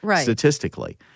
statistically